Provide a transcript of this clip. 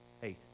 Hey